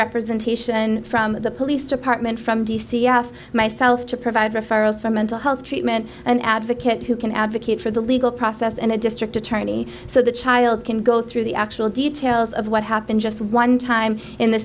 representation from the police department from d c i have myself to provide referrals for mental health treatment an advocate who can advocate for the legal process and the district attorney so the child can go through the actual details of what happened just one time in the